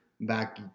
back